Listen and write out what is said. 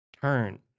Turn